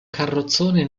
carrozzone